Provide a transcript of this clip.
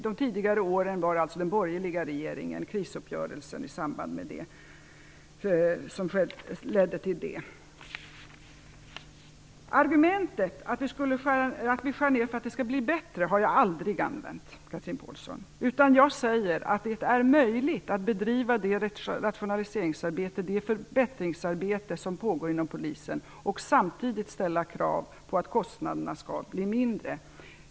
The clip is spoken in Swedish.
De tidigare årens besparingar gjordes under den borgerliga regeringen i samband med krisuppgörelsen. Jag har aldrig använt argumentet att vi skär ned för att det skall bli bättre, Chatrine Pålsson. Jag säger att det är möjligt att bedriva det rationaliseringsarbete, det förbättringsarbete, som pågår inom Polisen och att samtidigt ställa krav på att kostnaderna skall bli mindre.